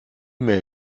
mail